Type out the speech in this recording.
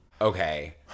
Okay